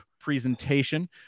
presentation